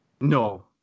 No